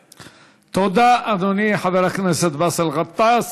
תודה, אדוני חבר הכנסת באסל גטאס.